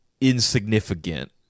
insignificant